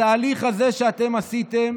התהליך הזה שאתם עשיתם